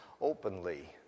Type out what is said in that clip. openly